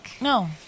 no